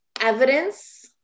evidence